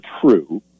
true